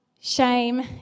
shame